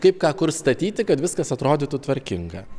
kaip ką kur statyti kad viskas atrodytų tvarkinga